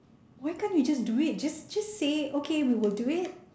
why can't you just do it just just say okay we will do it